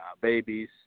babies